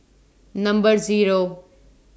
Number Zero